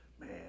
man